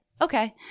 okay